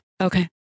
Okay